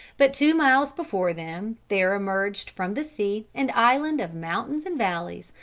but two miles before them there emerged from the sea an island of mountains and valleys,